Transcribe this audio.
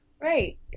Right